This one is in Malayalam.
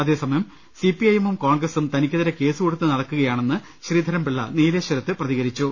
അതെസമയം സിപിഐഎമ്മും കോൺഗ്രസും തനിക്കെതിരെ കേസ് കൊടുത്ത് നടക്കുകയാണെന്ന് ശ്രീധരൻപിള്ള നീലേശ്വരത്ത് പ്രതികരിച്ചു